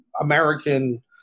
American